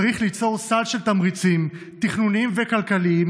צריך ליצור סל של תמריצים תכנוניים וכלכליים